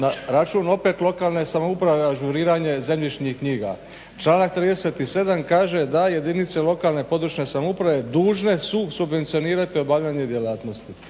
na račun opet lokalne samouprave ažuriranje zemljišnih knjiga. Članak 37.kaže da jedinice lokalne područne samouprave dužne su subvencionirati obavljanje djelatnosti.